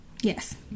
Yes